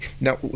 Now